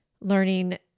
learning